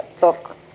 book